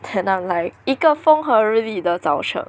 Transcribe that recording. then I'm like 一个风和日丽的早晨